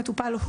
המטופל,